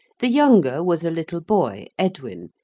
the younger was a little boy, edwin,